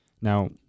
Now